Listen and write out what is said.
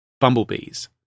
Bumblebees